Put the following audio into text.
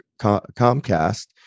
comcast